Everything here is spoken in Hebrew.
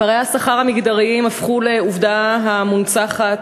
פערי השכר המגדריים הפכו לעובדה מונצחת.